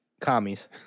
commies